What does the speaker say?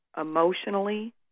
emotionally